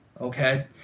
Okay